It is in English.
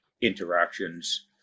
interactions